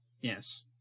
Yes